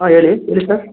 ಹಾಂ ಹೇಳಿ ಹೇಳಿ ಸರ್